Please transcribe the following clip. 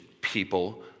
people